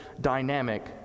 dynamic